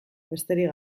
besterik